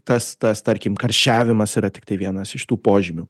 tas tas tarkim karščiavimas yra tiktai vienas iš tų požymių